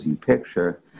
picture